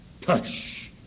Tush